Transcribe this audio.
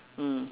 mm